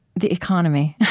the economy,